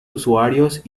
usuarios